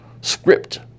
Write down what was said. script